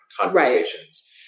conversations